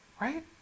Right